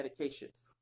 medications